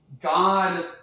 God